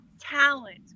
talent